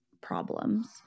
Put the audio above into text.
problems